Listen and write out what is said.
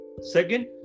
Second